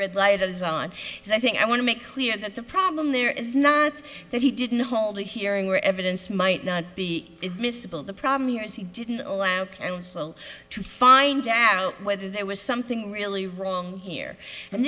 red light goes on and i think i want to make clear that the problem there is not that he didn't hold a hearing or evidence might not be admissible the problem here is he didn't allow counsel to find out whether there was something really wrong here and